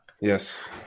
Yes